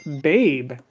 Babe